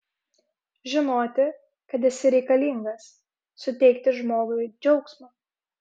žinoti kad esi reikalingas suteikti žmogui džiaugsmo